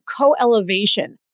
co-elevation